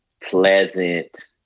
pleasant